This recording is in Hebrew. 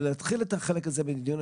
נתחיל את החלק הזה בדיון.